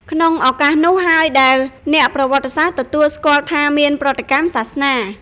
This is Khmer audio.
ក្នុងឱកាសនោះហើយដែលអ្នកប្រវត្តិសាស្ត្រទទួលស្គាល់ថាមាន ប្រតិកម្មសាសនា។